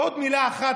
ועוד מילה אחת,